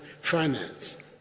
finance